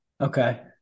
Okay